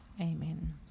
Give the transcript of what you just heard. Amen